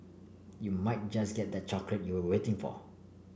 you might just get that chocolate you were waiting for